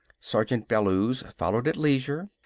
sergeant bellews followed at leisure.